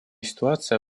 ситуация